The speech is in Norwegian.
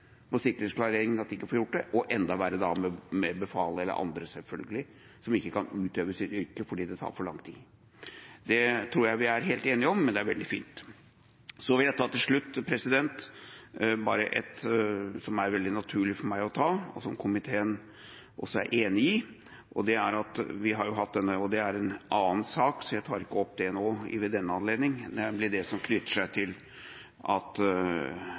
må vente så lenge på sikkerhetsklarering at de ikke får gjort det, og enda verre da med befal eller andre, selvfølgelig, som ikke kan utøve sitt yrke fordi det tar for lang tid. Det tror jeg vi er helt enige om, men det er veldig fint at det blir håndtert. Så vil jeg til slutt bare nevne noe som det er veldig naturlig for meg å nevne, og som komiteen også er enig i – men det er en annen sak, så jeg tar ikke det opp nå ved denne anledning – og det gjelder det som knytter seg til at